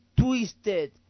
twisted